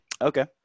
Okay